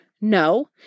No